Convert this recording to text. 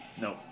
No